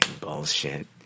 Bullshit